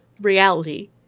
reality